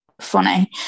funny